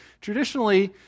Traditionally